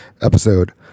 episode